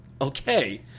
Okay